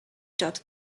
dot